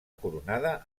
coronada